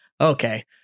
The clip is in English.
Okay